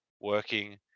working